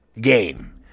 game